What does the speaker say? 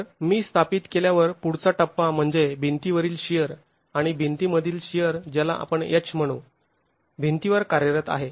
तर मी स्थापित केल्यावर पुढचा टप्पा म्हणजे भिंतीवरील शिअर आणि भिंतीतील शिअर ज्याला आपण H म्हणू भिंतीवर कार्यरत आहे